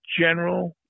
general